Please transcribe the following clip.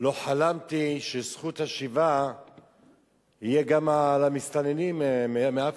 לא חלמתי שזכות השיבה תהיה גם על המסתננים מאפריקה.